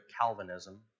Calvinism